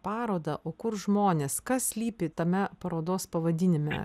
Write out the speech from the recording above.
parodą o kur žmonės kas slypi tame parodos pavadinime